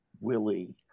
Willie